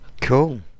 cool